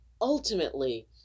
ultimately